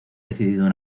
decidido